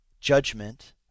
judgment